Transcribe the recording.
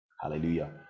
hallelujah